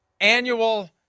annual